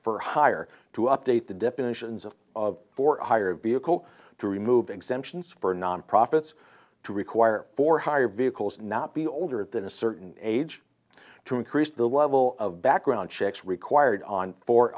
for hire to update the definitions of of for hire vehicle to remove exemptions for non profits to require for hire vehicles and not be older than a certain age to increase the level of background checks required on for